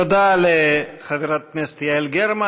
תודה לחברת הכנסת יעל גרמן.